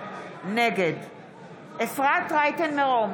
נגד אפרת רייטן מרום,